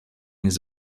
his